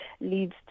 leads